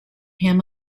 him